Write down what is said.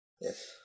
Yes